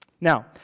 Now